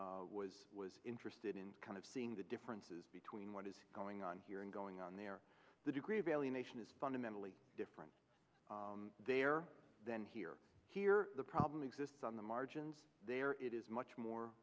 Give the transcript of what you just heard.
did was interested in kind of seeing the differences between what is going on here and going on there the degree of alienation it's fundamentally different there than here here the problem exists on the margins there it is much more